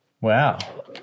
wow